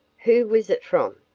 who was it from?